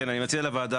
אני מציע לוועדה